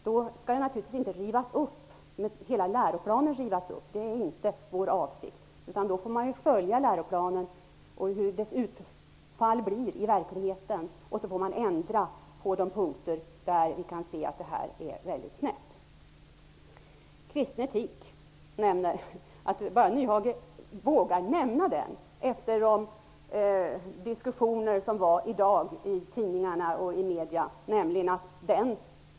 Då skall naturligtvis inte hela läroplanen rivas upp -- det är inte vår avsikt. Då får man följa hur utfallet av läroplanen blir i verkligheten, och så får man ändra på de punkter där vi kan se att det går snett. Att Hans Nyhage bara vågar nämna begreppet ''kristen etik'' efter de diskussioner som förts i dag i medierna!